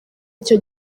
icyo